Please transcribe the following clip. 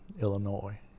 Illinois